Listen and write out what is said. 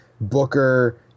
Booker